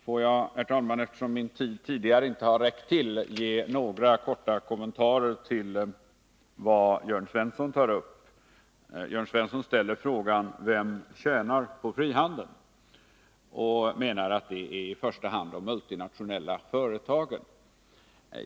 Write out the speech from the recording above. Får jag, herr talman, eftersom min tid tidigare inte har räckt till, nu ge några korta kommentarer till vad Jörn Svensson tar upp. Han ställer frågan: Vem tjänar på frihandeln? Han menar att det i första hand är de multinationella företagen som gör det.